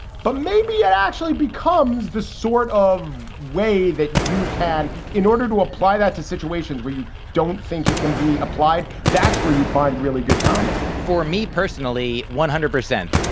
but maybe it actually becomes the sort of way that you can in order to apply that to situations where you don't think it can be applied. that's where you find really good comedy for me personally, one hundred percent,